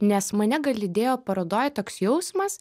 nes mane gal lydėjo parodoj toks jausmas